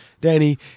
Danny